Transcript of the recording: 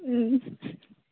ꯎꯝ